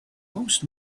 most